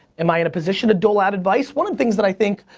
am i in a position to dole out advice? one of the things that i think,